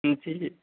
मछली